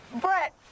Brett